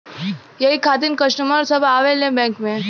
यही खातिन कस्टमर सब आवा ले बैंक मे?